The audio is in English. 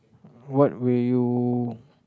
what will you